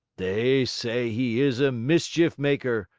they say he is a mischief-maker,